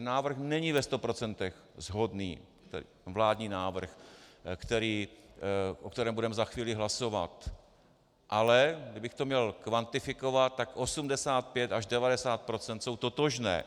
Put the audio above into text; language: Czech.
Ten návrh není ve sto procentech shodný, vládní návrh, o kterém budeme za chvíli hlasovat, ale kdybych to měl kvantifikovat, tak 85 až 90 % jsou totožné.